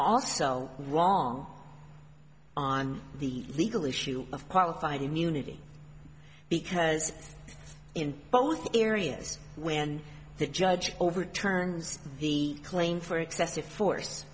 also wrong on the legal issue of qualified immunity because in both areas when the judge overturns the claim for excessive force